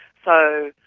so,